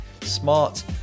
smart